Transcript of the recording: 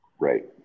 right